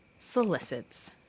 Solicits